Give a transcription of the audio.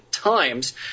times